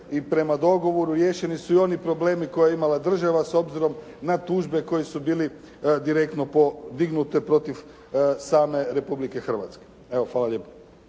i prema dogovoru riješeni su i oni problemi koje je imala država s obzirom na tužbe koje su bile direktno podignute protiv same Republike Hrvatske. Evo, hvala lijepo.